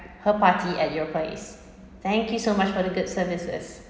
her party at your place thank you so much for the good services